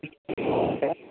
okay